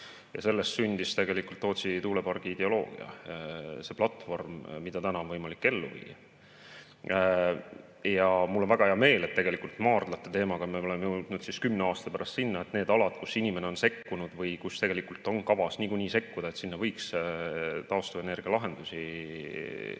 ja sellest sündis Tootsi tuulepargi ideoloogia. See platvorm, mida täna on võimalik ellu viia. Ja mul on väga hea meel, et maardlate teemaga me oleme jõudnud nüüd kümne aasta pärast sinna, et nendele aladele, kus inimene on sekkunud või kus tegelikult on kavas niikuinii sekkuda, võiks rajada taastuvenergialahendusi. Veelgi